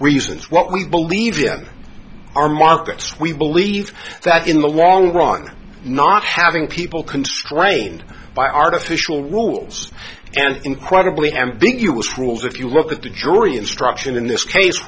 reasons what we believe our markets we believe that in the long run not having people constrained by artificial rules and incredibly ambiguous rules if you look at the jury instruction in this case